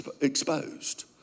exposed